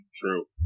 True